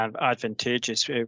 advantageous